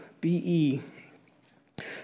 B-E